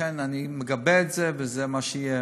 ולכן אני מגבה את זה וזה מה שיהיה.